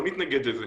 לא נתנגד לזה,